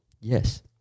Yes